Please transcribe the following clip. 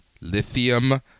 Lithium